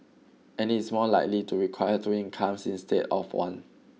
and it's more likely to require two incomes instead of one